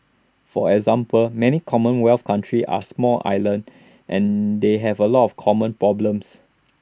for example many commonwealth countries are small islands and they have A lot of common problems